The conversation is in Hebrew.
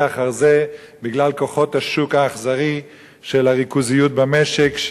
אחר זה בגלל כוחות השוק האכזרי של הריכוזיות במשק,